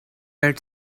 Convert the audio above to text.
had